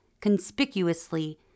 conspicuously